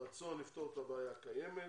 רצון לפתור את הבעיה קיים,